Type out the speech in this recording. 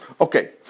okay